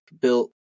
built